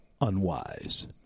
unwise